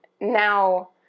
Now